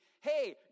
hey